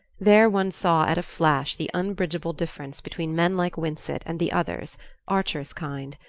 there one saw at a flash the unbridgeable difference between men like winsett and the others archer's kind.